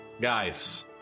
guys